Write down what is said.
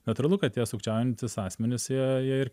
natūralu kad tie sukčiaujantys asmenys jie jie ir